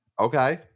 Okay